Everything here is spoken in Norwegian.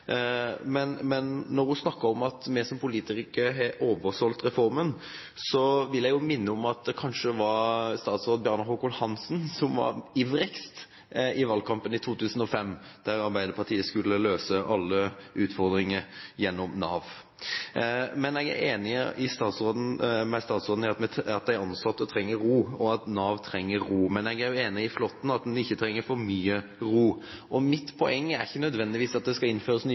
minne om at det kanskje var daværende statsråd Bjarne Håkon Hanssen som var ivrigst i valgkampen i 2005, da Arbeiderpartiet skulle løse alle utfordringer gjennom Nav. Men jeg er enig med statsråden i at de ansatte trenger ro, og at Nav trenger ro, men jeg er jo også enig med Flåtten i at de ikke trenger for mye ro. Mitt poeng er ikke nødvendigvis at det skal innføres nye